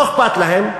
לא אכפת להם,